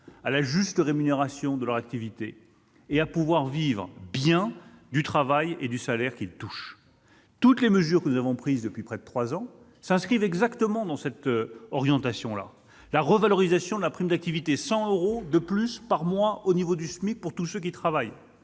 à la juste rémunération de leur activité ; ils veulent pouvoir vivre bien du travail qu'ils font et du salaire qu'ils touchent. Toutes les mesures que nous avons prises depuis près de trois ans s'inscrivent exactement dans cette orientation : la revalorisation de la prime d'activité, 100 euros de plus par mois au niveau du SMIC pour tous ceux qui travaillent,